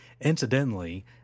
Incidentally